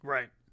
Right